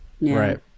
Right